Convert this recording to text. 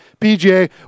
PGA